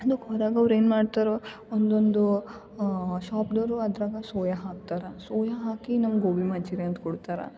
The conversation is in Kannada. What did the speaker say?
ಅದಕ್ಕೆ ಹೋದಾಗ ಅವ್ರು ಏನು ಮಾಡ್ತಾರೋ ಒಂದೊಂದು ಶಾಪ್ದೊರು ಅದ್ರಾಗೆ ಸೋಯಾ ಹಾಕ್ತಾರೆ ಸೋಯಾ ಹಾಕಿ ನಮ್ಮ ಗೋಬಿ ಮಂಚೂರಿ ಅಂತ ಕೊಡ್ತಾರೆ